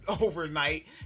overnight